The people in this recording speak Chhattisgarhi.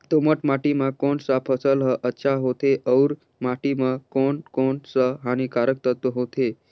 दोमट माटी मां कोन सा फसल ह अच्छा होथे अउर माटी म कोन कोन स हानिकारक तत्व होथे?